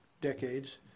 decades